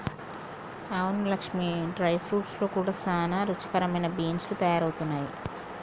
అవును Lakshmi dry fruits లో కూడా సానా రుచికరమైన బీన్స్ లు తయారవుతున్నాయి